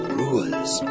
rules